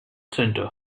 center